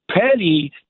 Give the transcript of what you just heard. penny